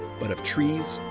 but of trees,